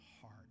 heart